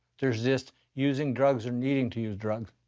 there's just using drugs or needing to use drugs.